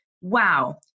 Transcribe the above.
wow